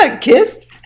kissed